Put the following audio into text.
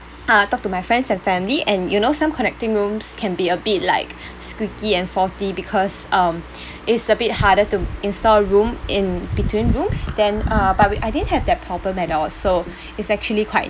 uh talk to my friends and family and you know some connecting rooms can be a bit like squeaky and faulty because um it's a bit harder to install room in between rooms then uh but we I didn't have that problem at all so it's actually quite